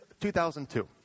2002